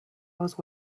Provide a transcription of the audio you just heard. hose